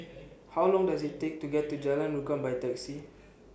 How Long Does IT Take to get to Jalan Rukam By Taxi